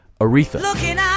aretha